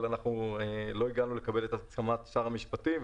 אבל לא הגענו לקבל את הסכמת שר המשפטים,